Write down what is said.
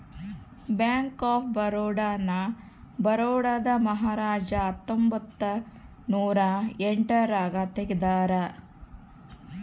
bank of Baroda ನ ಬರೋಡಾದ ಮಹಾರಾಜ ಹತ್ತೊಂಬತ್ತ ನೂರ ಎಂಟ್ ರಾಗ ತೆಗ್ದಾರ